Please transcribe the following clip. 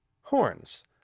Horns